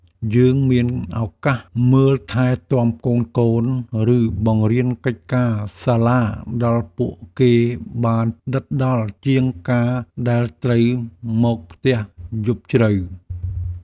យើងមានឱកាសមើលថែទាំកូនៗ ឬបង្រៀនកិច្ចការសាលាដល់ពួកគេបានដិតដល់ជាងការដែលត្រូវមកផ្ទះយប់ជ្រៅ។